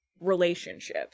relationship